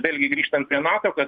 vėlgi grįžtant prie nato kad